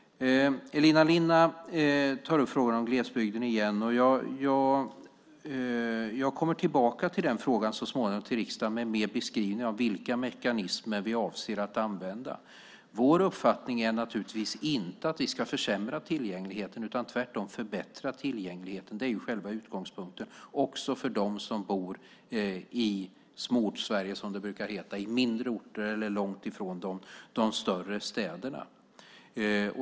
Elina Linna tar upp frågan om glesbygden igen. Jag kommer så småningom återigen tillbaka till riksdagen med den frågan med en beskrivning av vilka mekanismer vi avser att använda. Vår uppfattning är naturligtvis att vi inte ska försämra tillgängligheten utan tvärtom förbättra den. Det är själva utgångspunkten. Det gäller också dem som bor i Småorts-Sverige, som det brukar heta, på mindre orter eller långt ifrån de större städerna.